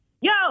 Yo